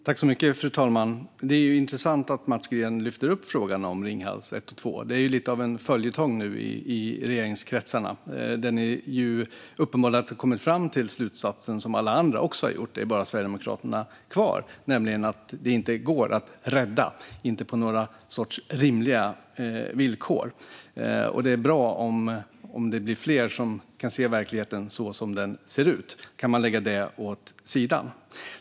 Fru talman! Det är intressant att Mats Green lyfter upp frågan om Ringhals 1 och 2. Det är ju lite av en följetong nu i regeringskretsarna, där ni uppenbarligen har kommit fram till samma slutsats som alla andra - det är bara Sverigedemokraterna kvar - nämligen att det inte går att rädda på några rimliga villkor. Det är bra om det blir fler som ser verkligheten så som den ser ut. Då kan man lägga detta åt sidan.